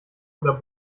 oder